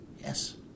Yes